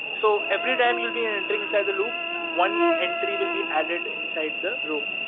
so, every time you'll be and entering inside the loop, one entry will be added inside the row,